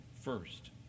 first